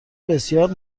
بسیار